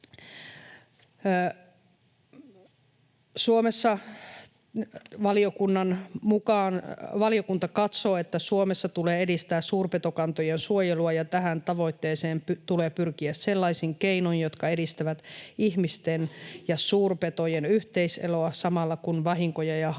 Valiokunta katsoo, että Suomessa tulee edistää suurpetokantojen suojelua, ja tähän tavoitteeseen tulee pyrkiä sellaisin keinoin, jotka edistävät ihmisten ja suurpetojen yhteis-eloa samalla kun vahinkoja ja haittoja